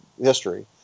history